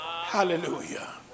Hallelujah